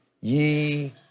ye